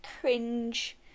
cringe